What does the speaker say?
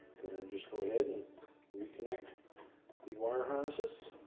and then just go ahead and reconnect the wire harnesses.